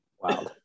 Wow